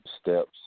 steps